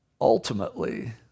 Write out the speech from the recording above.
ultimately